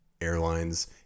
airlines